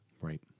Right